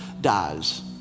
dies